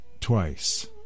twice